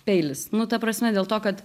peilis nu ta prasme dėl to kad